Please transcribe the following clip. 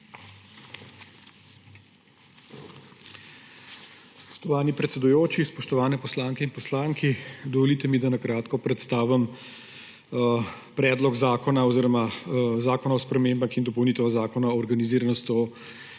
Spoštovani predsedujoči, spoštovane poslanke in poslanci, dovolite mi, da na kratko predstavim Predlog zakona o spremembah in dopolnitvah Zakona o organiziranosti